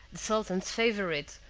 the sultan's favorites,